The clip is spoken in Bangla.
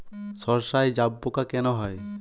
সর্ষায় জাবপোকা কেন হয়?